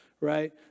right